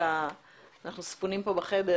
אנחנו ספונים פה בחדר